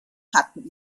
hatten